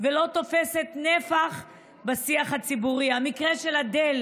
ולא תופסת נפח בשיח הציבורי, המקרה של אדל